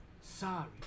Sorry